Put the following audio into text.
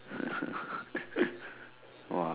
!wah!